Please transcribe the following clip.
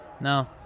no